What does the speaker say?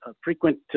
frequent